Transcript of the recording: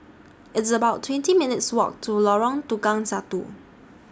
It's about twenty minutes' Walk to Lorong Tukang Satu